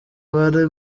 bari